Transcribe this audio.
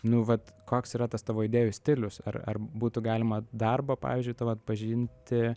nu vat koks yra tas tavo idėjų stilius ar ar būtų galima darbą pavyzdžiui tavo atpažinti